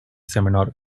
seminar